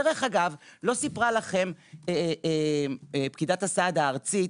דרך אגב, לא סיפרה לכם פקידת הסעד הארצית,